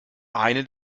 eine